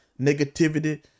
negativity